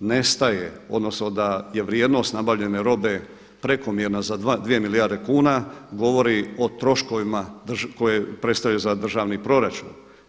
nestaje, odnosno da je vrijednost nabavljene robe prekomjerna za 2 milijarde kuna govori o troškovima koje prestaju za državni proračun.